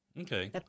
Okay